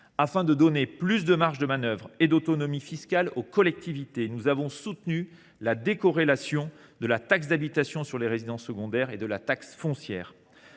afin de donner de plus grandes marges de manœuvre et davantage d’autonomie fiscale aux collectivités territoriales, nous avons soutenu la décorrélation de la taxe d’habitation sur les résidences secondaires et de la taxe foncière